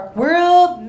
world